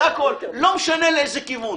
לא משנה לאיזה כיוון.